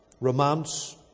romance